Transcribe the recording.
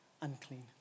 unclean